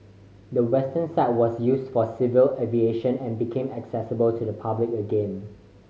the western side was used for civil aviation and became accessible to the public again